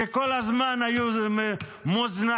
שכל הזמן היו מוזנחים,